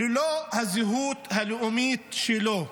ללא הזהות הלאומית שלו.